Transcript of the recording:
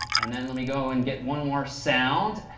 and then let me go and get one more sound,